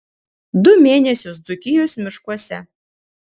du mėnesius dzūkijos miškuose